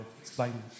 explaining